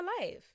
life